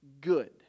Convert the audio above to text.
good